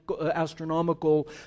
astronomical